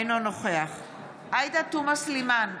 אינו נוכח עאידה תומא סלימאן,